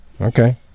Okay